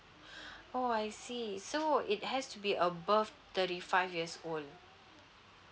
oh I see okay so it has to be above thirty five years old